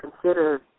consider